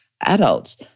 adults